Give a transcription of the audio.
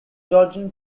georgian